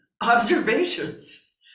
observations